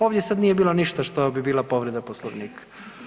Ovdje sad nije bilo ništa što bi bila povreda Poslovnika.